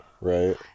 right